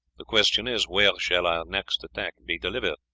the question is, where shall our next attack be delivered?